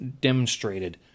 demonstrated